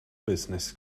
business